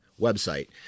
website